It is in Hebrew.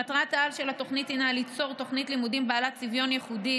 מטרת-העל של התוכנית הינה ליצור תוכנית לימודים בעלת צביון ייחודי,